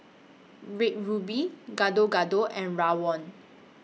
Red Ruby Gado Gado and Rawon